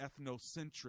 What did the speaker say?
ethnocentric